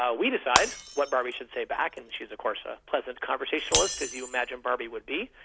ah we decide what barbie should say back, and she is of course a pleasant conversationalist, as you imagine barbie would be,